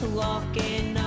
walking